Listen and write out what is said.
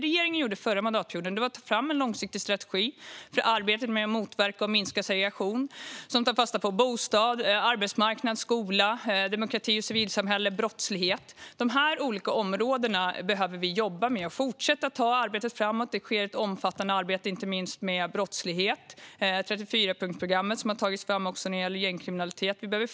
Regeringen tog förra mandatperioden fram en långsiktig strategi för arbetet med att motverka och minska segregation. Den tar fasta på bostad, arbetsmarknad, skola, demokrati, civilsamhälle och brottslighet. Dessa olika områden behöver vi jobba med och fortsätta att ta arbetet framåt. Det sker ett omfattande arbete mot inte minst brottslighet. 34-punktsprogrammet, som har tagits fram, omfattar också arbetet mot gängkriminalitet.